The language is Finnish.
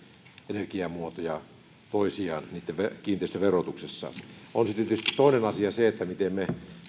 energiamuotoja lähemmäksi toisiaan niitten kiinteistöverotuksessa on sitten tietysti toinen asia se miten me